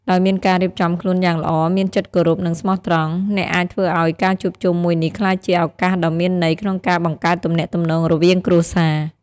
ដោយមានការរៀបចំខ្លួនយ៉ាងល្អ មានចិត្តគោរព និងស្មោះត្រង់ អ្នកអាចធ្វើឲ្យការជួបជុំមួយនេះក្លាយជាឱកាសដ៏មានន័យក្នុងការបង្កើតទំនាក់ទំនងរវាងគ្រួសារ។